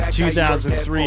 2003